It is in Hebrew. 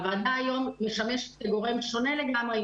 הוועדה היום משמשת גורם שונה לגמרי.